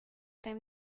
time